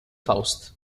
faust